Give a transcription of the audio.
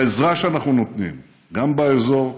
בעזרה שאנחנו נותנים, גם באזור,